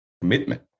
commitment